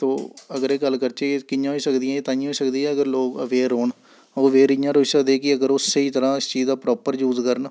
तो अगर एह् गल्ल करचै कि'यां होई सकदियां एह् तांइयैं होई सकदी ऐ अगर लोक अवेयर रौह्न ओह् अवेयर इ'यां रेही सकदे कि अगर ओह् स्हेई त'रा इस चीज दा प्रापर यूज करन